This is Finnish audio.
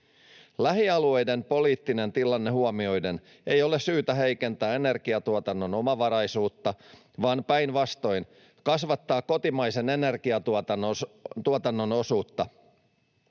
Lähialueiden poliittinen tilanne huomioiden ei ole syytä heikentää energiatuotannon omavaraisuutta, vaan päinvastoin kasvattaa kotimaisen energiatuotannon osuutta.